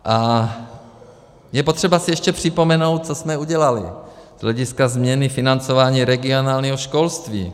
A je potřeba si ještě připomenout, co jsme udělali z hlediska změny financování regionálního školství.